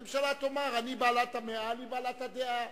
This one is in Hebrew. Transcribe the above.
הממשלה תאמר: אני בעלת המאה, אני בעלת הדעה.